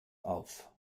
auf